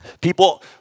people